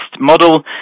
model